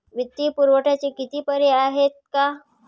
वित्तीय पुरवठ्याचे किती पर्याय आहेत का?